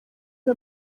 the